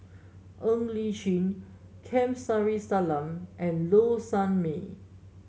Ng Li Chin Kamsari Salam and Low Sanmay